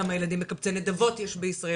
כמה ילדים מקבצי נדבות יש בישראל?